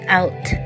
out